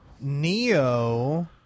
Neo